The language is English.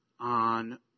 On